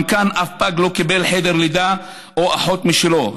גם כאן אף פג לא קיבל חדר לידה או אחות משלו.